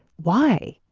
why?